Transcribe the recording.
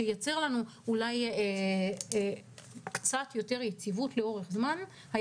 שייצר לנו קצת יותר יציבות לאורך זמן,